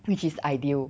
which is ideal